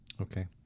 Okay